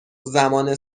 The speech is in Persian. زمان